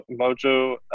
mojo